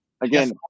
again